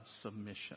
submission